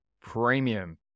premium